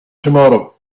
tomorrow